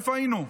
איפה היינו?